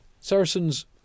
Saracens